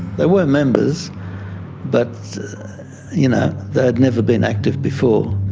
they were members but you know they had never been active before.